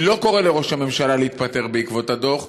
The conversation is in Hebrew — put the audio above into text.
אני לא קורא לראש הממשלה להתפטר בעקבות הדוח,